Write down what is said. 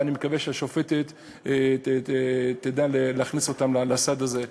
ואני מקווה שהשופטת תדע להכניס אותם לסד הזה.